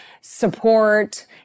support